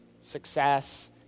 success